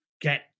get